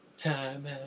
Time